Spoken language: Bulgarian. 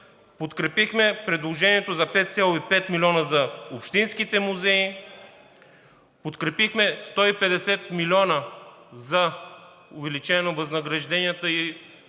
Подкрепихме предложението за 5,5 милиона за общинските музеи, подкрепихме 150 милиона за увеличението на възнагражденията и компенсация